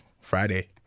Friday